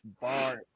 bar